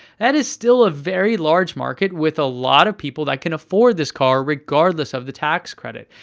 that is still a very large market with a lot of people that can afford this car regardless of the tax credit.